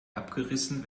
abgerissen